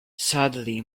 sadly